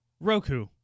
Roku